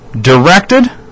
Directed